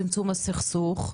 צמצום הסכסוך,